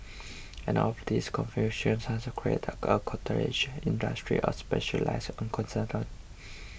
and all of this confusion has created a industry of specialised accountants